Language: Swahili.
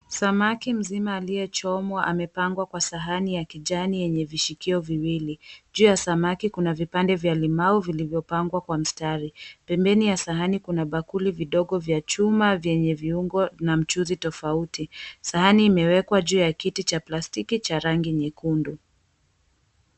Samaki mzima aliyechomwa amepangwa kwa sahani ya kijani yenye vishikio viwili. Juu ya samaki kuna vipande vya limau vilivyopangwa kwa mstari. Pembeni ya sahani kuna bakuli vidogo vya chuma vyenye viungo na mchuzi tofauti. Sahani imewekwa juu ya kiti cha plastiki cha rangi nyekundu.